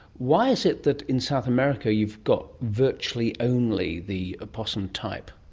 why is it that in south america you've got virtually only the opossum type?